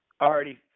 Already